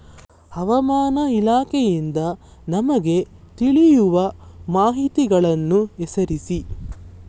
ಹವಾಮಾನ ಇಲಾಖೆಯಿಂದ ನಮಗೆ ತಿಳಿಯುವ ಮಾಹಿತಿಗಳನ್ನು ಹೆಸರಿಸಿ?